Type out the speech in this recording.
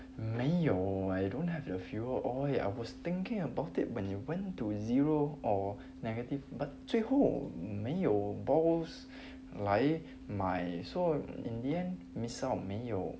没有 I don't have the fuel oil I was thinking about it when it went to zero or negative but 最后没有 balls 来买 so in the end missed out 没有